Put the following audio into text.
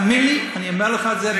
תאמין לי, אני אומר לך את זה.